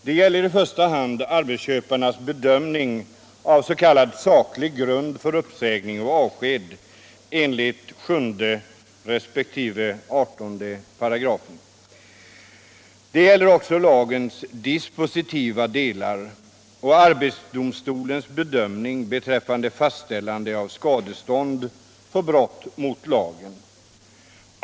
Det gäller i första hand arbetsköparnas bedömning av s.k. saklig grund för uppsägning och avsked enligt 7 resp. 18 §. Det gäller också lagens dispositiva delar och arbetsdomstolens bedömning beträffande fastställande av skadestånd för brott mot lagen.